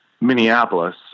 Minneapolis